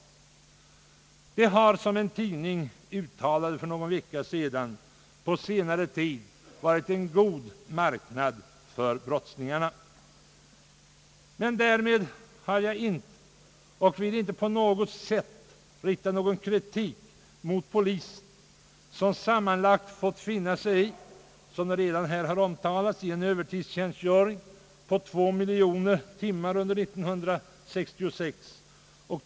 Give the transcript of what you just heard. Det har, som en tidning skrev för någon vecka sedan, på senare tid varit en god marknad för brottslingarna. Men därmed har jag inte riktat och vill inte på minsta sätt rikta någon kritik mot polisen, som sammanlagt fått finna sig i en övertidstjänstgöring under 1966 på 2 miljoner timmar, såsom här redan har nämnts.